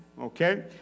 Okay